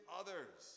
others